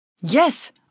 Yes